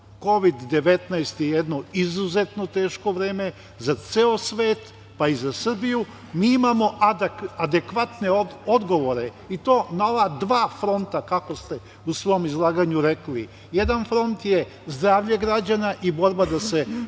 Kovid 19 je jedno izuzetno teško vreme za ceo svet, pa i za Srbiju. Mi imamo adekvatne odgovore i to na ova dva fronta, kako ste u svom izlaganju rekli. Jedan front je zdravlje građana i borba da se